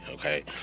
okay